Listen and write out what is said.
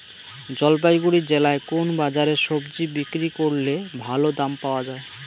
জলপাইগুড়ি জেলায় কোন বাজারে সবজি বিক্রি করলে ভালো দাম পাওয়া যায়?